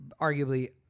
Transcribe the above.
arguably